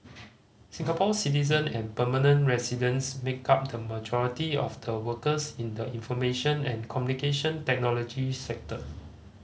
Singapore citizen and permanent residents make up the majority of the workers in the information and Communication Technology sector